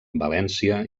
valència